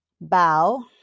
Bow